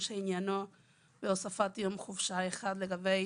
עניינו בהוספת יום חופשה אחד לגבי